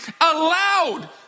allowed